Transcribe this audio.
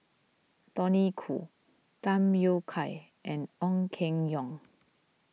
Tony Khoo Tham Yui Kai and Ong Keng Yong